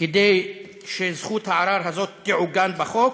כדי שזכות הערר הזאת תעוגן בחוק.